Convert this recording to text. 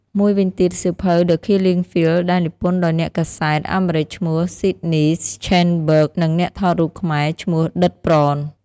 មួយវិញទៀត សៀវភៅ The Killing Fields ដែលនិពន្ធដោយអ្នកកាសែតអាមេរិកឈ្មោះ ស៊ីដនី ស្ឆេនបឺគ Sydney Schanberg និងអ្នកថតរូបខ្មែរឈ្មោះ ឌិត ប្រន។